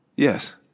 Yes